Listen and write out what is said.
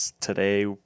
today